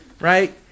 right